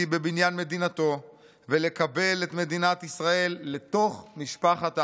בבניין מדינתו ולקבל את מדינת ישראל לתוך משפחת העמים.